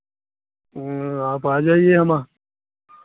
आप आ जाइए हमा